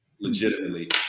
legitimately